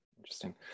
Interesting